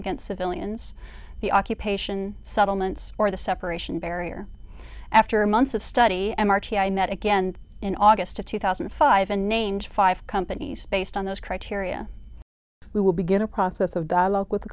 against civilians the occupation settlements or the separation barrier after months of study m r t i met again in august of two thousand and five and named five companies based on those criteria we will begin a process of dialogue with